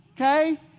Okay